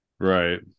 Right